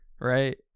right